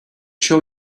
show